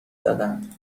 زدن